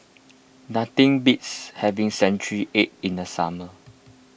nothing beats having Century Egg in the summer